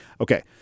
Okay